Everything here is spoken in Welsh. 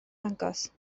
dangos